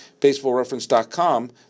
baseballreference.com